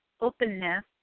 Openness